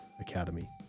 Academy